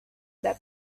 that